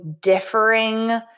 differing